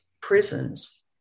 prisons